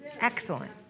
Excellent